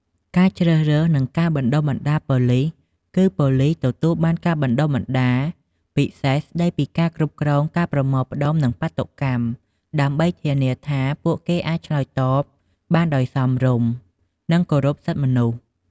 ការជ្រើសរើសនិងការបណ្តុះបណ្តាលប៉ូលីសគឺ ប៉ូលីសទទួលបានការបណ្តុះបណ្តាលពិសេសស្តីពីការគ្រប់គ្រងការប្រមូលផ្តុំនិងបាតុកម្ម ដើម្បីធានាថាពួកគេអាចឆ្លើយតបបានដោយសមរម្យ និងគោរពសិទ្ធិមនុស្ស។